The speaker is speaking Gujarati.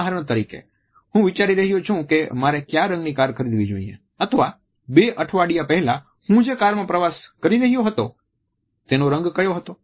ઉદાહરણ તરીકે હું વિચારી રહ્યો છું કે મારે ક્યાં રંગની કાર ખરીદવી જોઈએ અથવા બે અઠવાડિયા પહેલા હું જે કારમાં પ્રવાસ કરી રહ્યો હતો તેનો રંગ ક્યો હતો